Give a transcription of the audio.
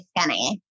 skinny